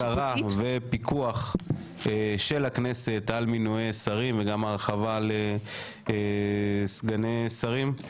-- בקרה ופיקוח של הכנסת על מינויי שרים וגם הרחבה לסגני שרים.